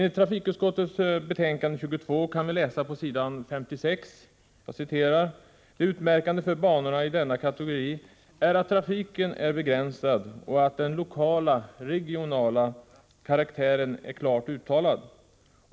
I trafikutskottets betänkande 22 kan vi läsa på s. 56: ”Det utmärkande för banorna i denna kategori är att trafiken är begränsad och att den lokala/regionala karaktären är klart uttalad.